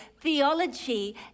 theology